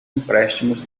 empréstimos